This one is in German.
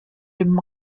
dem